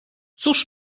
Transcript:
cóż